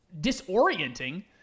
disorienting